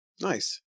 nice